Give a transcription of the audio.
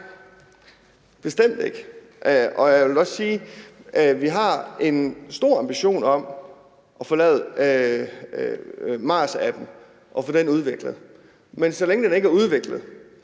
bestemt ikke. Jeg vil også sige, at vi har en stor ambition om at få lavet og udviklet MaaS-appen, men så længe den ikke er udviklet,